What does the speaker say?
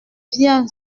bien